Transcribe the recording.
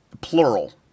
Plural